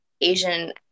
Asian